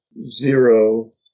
zero